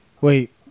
Wait